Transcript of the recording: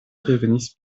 revenis